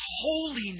holiness